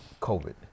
COVID